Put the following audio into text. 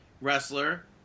wrestler